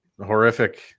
horrific